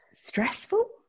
stressful